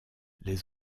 les